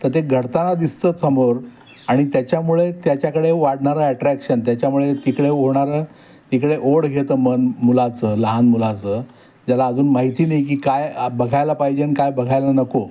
तर ते घडताना दिसतंच समोर आणि त्याच्यामुळे त्याच्याकडे वाढणारं एट्रॅक्शन त्याच्यामुळे तिकडे होणारं तिकडे ओढ घेतं मन मुलाचं लहान मुलाचं ज्याला अजून माहिती नाही की काय आ बघायला पाहिजे आणि काय बघायला नको